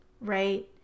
right